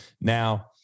Now